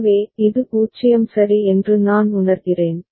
எனவே இது 0 சரி என்று நான் உணர்கிறேன்